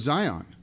Zion